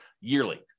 yearly